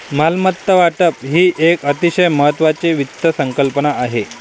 मालमत्ता वाटप ही एक अतिशय महत्वाची वित्त संकल्पना आहे